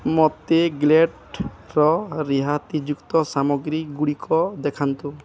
ମୋତେ ଗ୍ଲେଡ଼୍ର ରିହାତିଯୁକ୍ତ ସାମଗ୍ରୀଗୁଡ଼ିକ ଦେଖାନ୍ତୁ